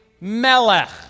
Melech